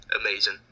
amazing